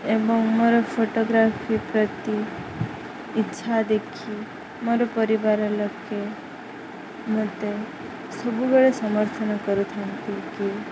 ଏବଂ ମୋର ଫଟୋଗ୍ରାଫି ପ୍ରତି ଇଚ୍ଛା ଦେଖି ମୋର ପରିବାର ଲୋକେ ମୋତେ ସବୁବେଳେ ସମର୍ଥନ କରୁଥାନ୍ତି କି